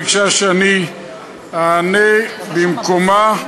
ביקשה שאני אענה במקומה.